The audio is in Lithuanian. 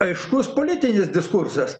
aiškus politinis diskursas